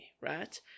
right